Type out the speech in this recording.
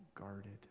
guarded